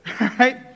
right